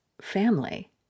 family